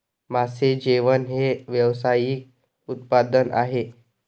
मासे जेवण हे व्यावसायिक उत्पादन आहे